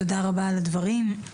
תודה רבה על הדברים.